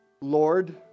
Lord